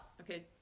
Okay